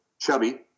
chubby